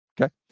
Okay